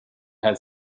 had